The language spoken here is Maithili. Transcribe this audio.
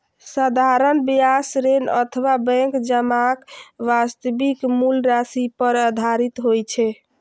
साधारण ब्याज ऋण अथवा बैंक जमाक वास्तविक मूल राशि पर आधारित होइ छै